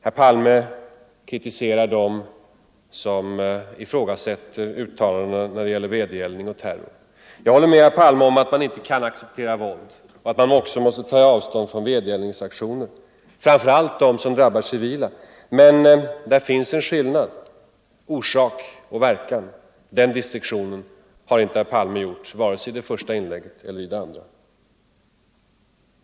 Herr Palme kritiserade dem som ifrågasätter uttalandena när det gäller vedergällning och terror. Jag håller med herr Palme om att man inte kan acceptera våld och att man också måste ta avstånd från vedergällningsaktioner, framför allt de som drabbar civila. Men där finns en skill 175 nad: orsak och verkan. Den distinktionen har inte herr Palme gjort vare sig i sitt första eller andra inlägg.